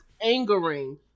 angering